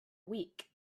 week